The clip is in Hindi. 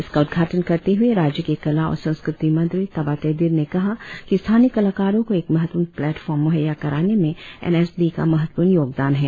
इसका उद्घाटन करते हए राज्य के कला और संस्कृति मंत्री ताबा तेदिर ने कहा कि स्थानीय कलाकारों को एक महत्वपूर्ण प्लेटफॉर्म म्हैया कराने में एन एस डी का महत्वपूर्ण योगदान है